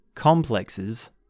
Complexes